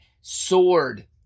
sword